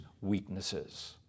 weaknesses